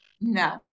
No